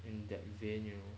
in that vain you know